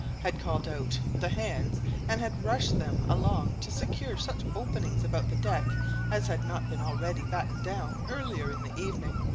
had called out the hands and had rushed them along to secure such openings about the deck as had not been already battened down earlier in the evening.